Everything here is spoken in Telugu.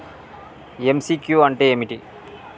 ఎమ్.సి.క్యూ అంటే ఏమిటి?